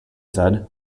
said